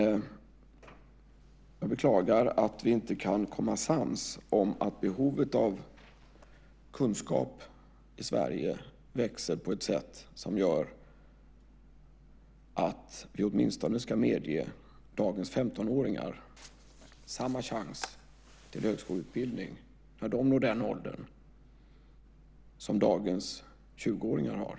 Jag beklagar att vi inte kan komma sams om att behovet av kunskap i Sverige växer på ett sätt som gör att vi åtminstone ska medge dagens 15-åringar samma chans till högskoleutbildning, när de når den åldern, som dagens 20-åringar har.